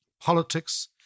politics